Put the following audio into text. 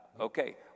okay